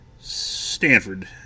Stanford